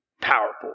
powerful